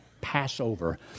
Passover